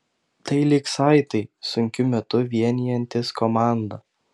tai lyg saitai sunkiu metu vienijantys komandą